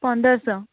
ପନ୍ଦରଶହ